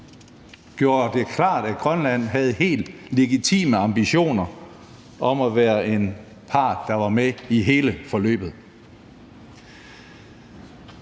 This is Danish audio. gjorde det klart, at Grønland har helt legitime ambitioner om at være en part, der er med i hele forløbet.